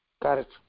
Correct